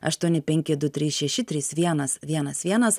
aštuoni penki du trys šeši trys vienas vienas vienas